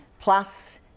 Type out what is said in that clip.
plus